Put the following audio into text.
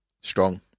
Strong